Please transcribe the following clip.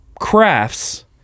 crafts